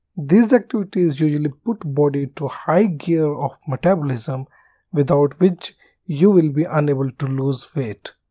these activities usually put body to high gear or metabolism without which you will be unable to lose weight.